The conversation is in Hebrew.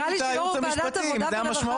לא, אני רק שאלתי את הייעוץ המשפטי אם זה המשמעות.